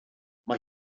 mae